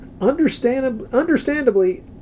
understandably